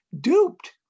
duped